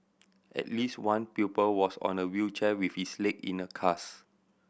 at least one pupil was on a wheelchair with his leg in a cast